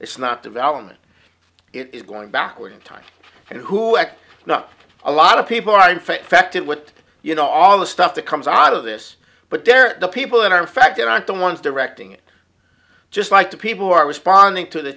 it's not development it is going backward in time and who act not a lot of people are infected with it you know all the stuff that comes out of this but they're the people that are in fact they're not the ones directing it just like the people who are responding to the